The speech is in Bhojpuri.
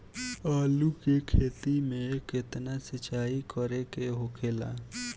आलू के खेती में केतना सिंचाई करे के होखेला?